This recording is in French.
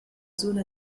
zone